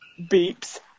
beeps